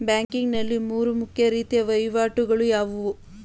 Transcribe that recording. Banking ನಲ್ಲಿ ಮೂರು ಮುಖ್ಯ ರೀತಿಯ ವಹಿವಾಟುಗಳು ಯಾವುವು?